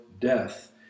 death